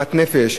עוגמת הנפש,